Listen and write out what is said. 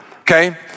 okay